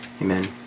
amen